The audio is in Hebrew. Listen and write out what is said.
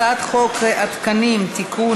הצעת חוק התקנים (תיקון,